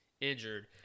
injured